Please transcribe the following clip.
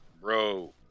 bro